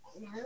No